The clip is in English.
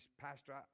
Pastor